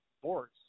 sports